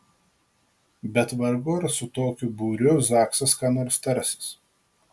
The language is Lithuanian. bet vargu ar su tokiu būriu zaksas ką nors tarsis